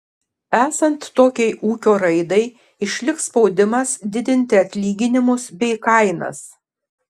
esant tokiai ūkio raidai išliks spaudimas didinti atlyginimus bei kainas